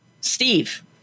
Steve